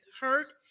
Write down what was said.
hurt